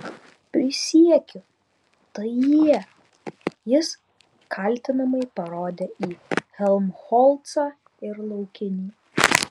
prisiekiu tai jie jis kaltinamai parodė į helmholcą ir laukinį